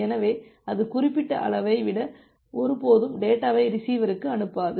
எனவே அது குறிப்பிட்ட அளவை விட ஒருபோதும் டேட்டாவை ரிசீவருக்கு அனுப்பாது